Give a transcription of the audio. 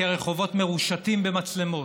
כי הרחובות מרושתים במצלמות.